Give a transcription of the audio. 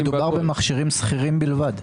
מדובר במכשירים סחירים בלבד.